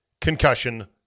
concussion